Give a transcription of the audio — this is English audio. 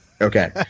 Okay